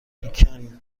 بیکن